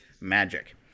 magic